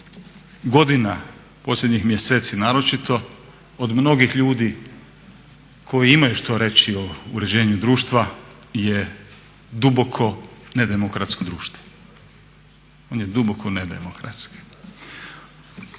godina, posljednjih mjeseci naročito od mnogih ljudi koji imaju što reći o uređenju društva je duboko nedemokratsko društvo, on je duboko nedemokratski.